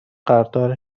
قدردان